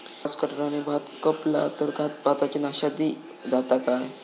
Grass कटराने भात कपला तर भाताची नाशादी जाता काय?